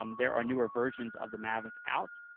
um there are newer versions of the mavic out.